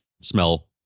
smell